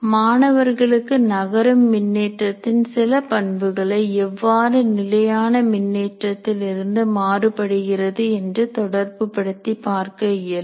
மாணவர்களுக்கு நகரும் மின்னேற்றத்தின் சில பண்புகளை எவ்வாறு நிலையான மின்னேற்றத்தில் இருந்து மாறுபடுகிறது என்று தொடர்புபடுத்தி பார்க்க இயலும்